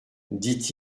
dit